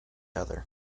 other